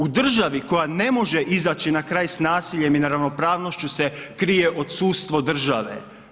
U državi koja ne može izaći na kraj sa nasiljem i neravnopravnošću se krije odsustvo države.